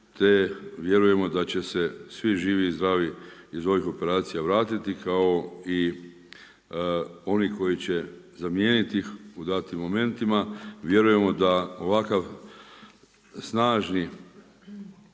te vjerujemo da će se svi živi i zdravi iz ovih operacija vratiti kao i oni koji će zamijeniti ih u datim momentima, vjerujemo da ovakav snažni